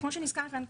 כמו שהוזכר כאן,